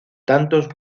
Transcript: tantos